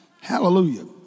Hallelujah